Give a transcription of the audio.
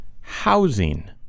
housing